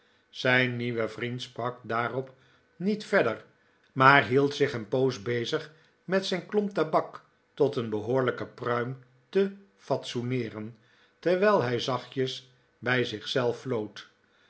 zijn nieuwe vriend sprak daarop niet verder maar hield zich een poos bezig met zijn klomp tabak tot een behoorlijke pruim te fatsoeneeren terwijl hij zachtjes bij zich zelf floot